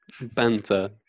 Banter